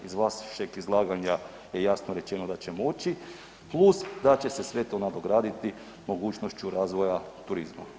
Iz vašeg izlaganja je jasno rečeno da će moći, plus da će se sve to nadograditi mogućnošću razvoja turizma.